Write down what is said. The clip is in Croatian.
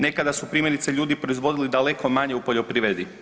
Nekada su primjerice ljudi proizvodili daleko manje u poljoprivredi.